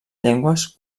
llengües